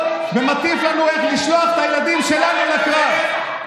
ומטיף לנו איך לשלוח את הילדים שלנו לקרב.